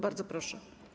Bardzo proszę.